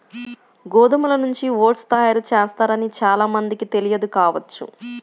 గోధుమల నుంచి ఓట్స్ తయారు చేస్తారని చాలా మందికి తెలియదు కావచ్చు